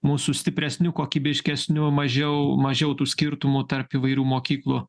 mūsų stipresnių kokybiškesnių mažiau mažiau tų skirtumų tarp įvairių mokyklų